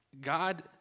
God